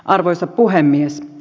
arvoisa puhemies